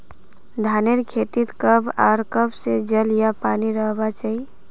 धानेर खेतीत कब आर कब से जल या पानी रहबा चही?